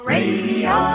Radio